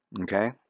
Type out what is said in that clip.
Okay